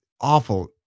awful